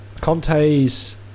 Conte's